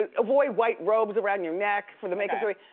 ah avoid white robes around your neck from the makeup do you.